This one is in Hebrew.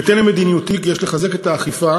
בהתאם למדיניותי כי יש לחזק את האכיפה,